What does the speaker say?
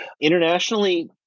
Internationally